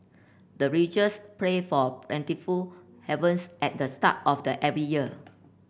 the villagers pray for plentiful harvest at the start of the every year